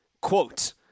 Quote